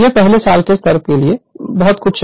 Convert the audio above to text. यह पहले साल के स्तर के लिए बहुत कुछ नहीं है